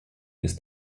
des